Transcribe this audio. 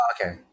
Okay